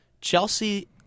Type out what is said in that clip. Chelsea